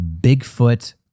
Bigfoot